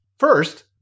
First